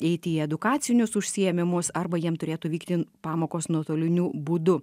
eiti į edukacinius užsiėmimus arba jiem turėtų vykti pamokos nuotoliniu būdu